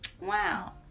Wow